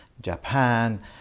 japan